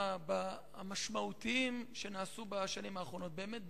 בדברים המשמעותיים שנעשו בשנים האחרונות: באמת,